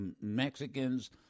Mexicans